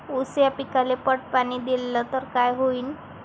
ऊस या पिकाले पट पाणी देल्ल तर काय होईन?